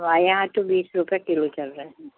हमारे यहाँ तो बीस रुपए किलो चल रहा है